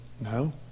no